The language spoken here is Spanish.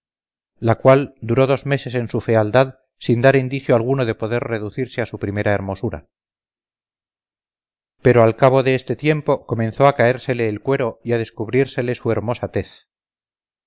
la cual duró dos meses en su fealdad sin dar indicio alguno de poder reducirse a su primera hermosura pero al cabo de este tiempo comenzó a caérsele el cuero y a descubrírsele su hermosa tez